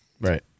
Right